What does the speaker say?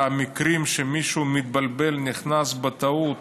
והמקרים שמישהו מתבלבל, נכנס בטעות